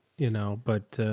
you know, but, ah,